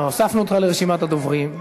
הוספנו אותך לרשימת הדוברים,